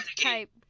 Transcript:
type